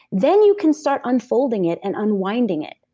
then you can start unfolding it and unwinding it.